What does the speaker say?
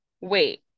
wait